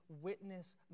witness